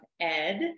Ed